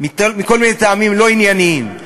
מכל מיני טעמים לא ענייניים.